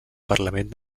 parlament